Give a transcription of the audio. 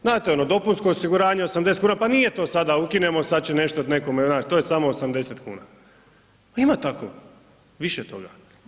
Znate ono, dopunsko osiguranje 80 kuna pa nije to sada ukinemo, sada će nešto nekome, znaš to je samo 80 kuna, ima tako više toga.